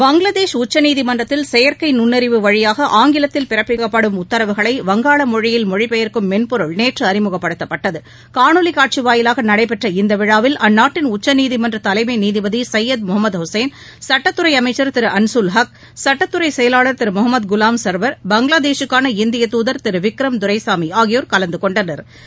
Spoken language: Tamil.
பங்களாதேஷ் உச்சநீதிமன்றத்தில் செயற்கை நுண்ணறிவு வழியாக ஆங்கிலத்தில் பிறப்பிக்கப்படும் டத்தரவுகளை வங்காள மொழியில் மொழி பெயர்க்கும் மென்பொருள் நேற்று அறிமுகப்படுத்தப்பட்டது காணொலி காட்சி வாயிலாக நடைபெற்ற இந்த விழாவில் அந்நாட்டின் உச்சநீதிமன்ற தலைமை நீதிபதி சையத் முகமது ஹசைன் சட்டத்துறை அமைக்ள் திரு அனிசூல் ஹக் சட்டத்துறை செயலாளா் திரு முகமத் குலாம் சா்வா் பங்களாதேஷுக்கான இந்திய தூதர் திரு விக்ரம் துரைசாமி ஆகியோர் கலந்து கொண்டனா்